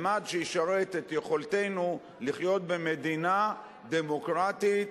ממד שישרת את יכולתנו לחיות במדינה דמוקרטית,